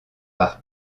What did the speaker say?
par